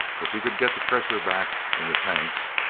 if he could get the pressure back in the tanks.